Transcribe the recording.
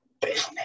business